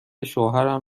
شوهرم